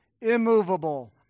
immovable